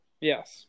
Yes